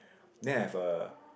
then I have a